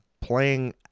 playing